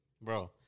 Bro